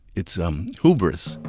it's um hubris.